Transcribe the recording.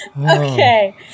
okay